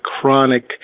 chronic